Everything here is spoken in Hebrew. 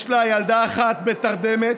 יש לה ילדה אחת בתרדמת,